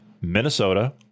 Minnesota